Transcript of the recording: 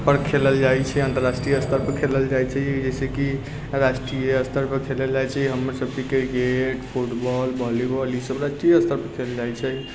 पर खेलल जाइ छै अंतर्राष्ट्रीय स्तर पर खेलल जाय छै जैसेकि राष्ट्रीय स्तर पर खेलल जाइ छै हमरसबके क्रिकेट फुटबॉल वॉलीबॉल इसब राष्ट्रीय स्तर पर खेलल जाइ छै